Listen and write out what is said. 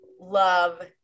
love